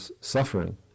suffering